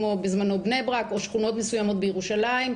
כמו בזמנו בני ברק או שכונות מסוימות בירושלים,